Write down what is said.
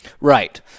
Right